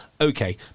okay